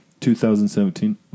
2017